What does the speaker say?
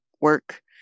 work